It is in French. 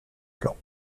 plan